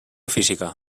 física